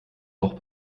auch